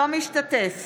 אינו משתתף